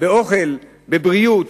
אוכל, בריאות,